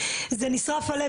נשרף הלב.